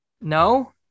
No